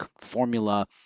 formula